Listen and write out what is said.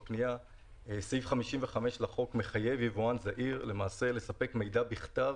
סעיף 55 לחוק מחייב יבואן זעיר לספק מידע בכתב